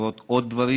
לראות עוד דברים,